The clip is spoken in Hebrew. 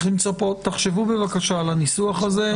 תחשבו, בבקשה, על הניסוח הזה.